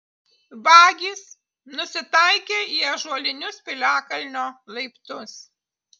vagys nusitaikė į ąžuolinius piliakalnio laiptus